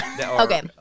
Okay